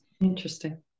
Interesting